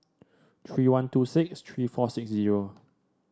three one two six three four six zero